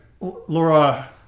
Laura